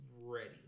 ready